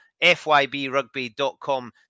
FYBRugby.com